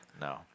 No